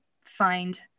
find